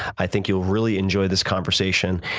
i think you'll really enjoy this conversation,